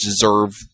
deserve